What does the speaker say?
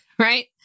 Right